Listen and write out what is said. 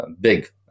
big